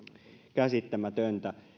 käsittämätöntä